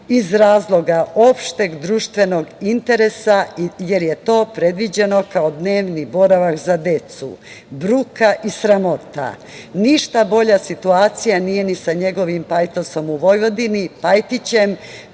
iz razloga opšteg društvenog interesa, jer je to predviđeno kao dnevni boravak za decu. Bruka i sramota! Ništa bolja situacija nije sa njegovim pajtosom u Vojvodini Pajtićem,